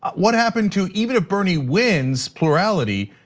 what happened to even if bernie wins plurality,